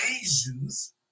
Asians